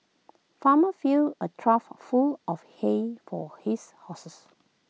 farmer filled A trough full of hay for his horses